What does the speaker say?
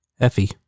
Effie